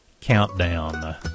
Countdown